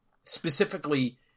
specifically